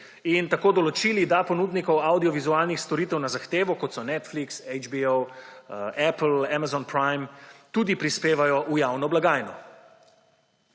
in tako določili, da ponudniki avdiovizualnih storitev na zahtevo, kot so Netflix, HBO, Apple, Amazon Prime, tudi prispevajo v javno blagajno.